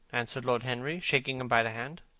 answered lord henry, shaking him by the hand.